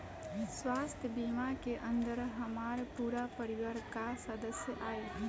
स्वास्थ्य बीमा के अंदर हमार पूरा परिवार का सदस्य आई?